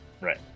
Right